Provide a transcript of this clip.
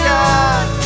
God